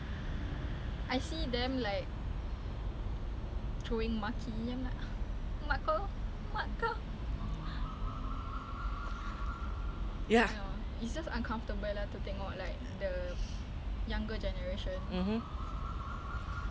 mmhmm like not like not just saying that we are that old you know to the point where we can judge them like seriously this is you know